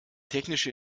technische